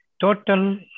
total